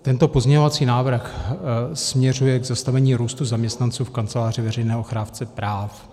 Tento pozměňovací návrh směřuje k zastavení růstu zaměstnanců v Kanceláři veřejného ochránce práv.